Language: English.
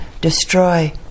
destroy